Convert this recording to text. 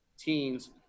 teens